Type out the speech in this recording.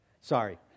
sorry